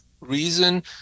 reason